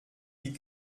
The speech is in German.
die